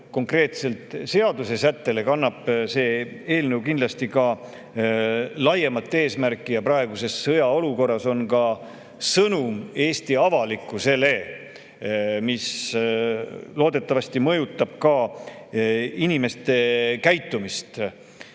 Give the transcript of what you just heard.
konkreetsele seadusesättele kannab see eelnõu kindlasti ka laiemat eesmärki ja praeguses sõjaolukorras on ka sõnum Eesti avalikkusele, mis loodetavasti mõjutab inimeste käitumist.